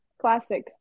Classic